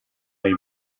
dai